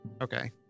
Okay